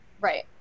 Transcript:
Right